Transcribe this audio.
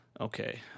Okay